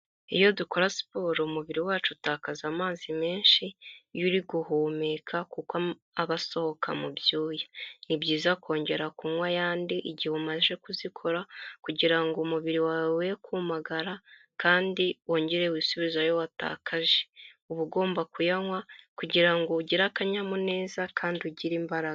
Iyo dukora siporo umubiri wacu utakaza amazi menshi iyo uri guhumeka, kuko aba asohoka mu byuya, ni byiza kongera kunywa ayandi igihe umaze kuzikora, kugira ngo umubiri wawe we kumagara kandi wongere wisubize ayo watakaje, uba ugomba kuyanywa kugira ngo ugire akanyamuneza kandi ugire imbaraga.